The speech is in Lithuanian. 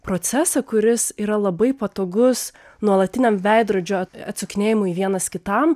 procesą kuris yra labai patogus nuolatiniam veidrodžio atsakinėjimui vienas kitam